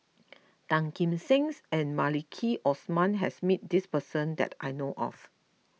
Tan Kim Seng and Maliki Osman has met this person that I know of